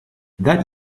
that